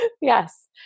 Yes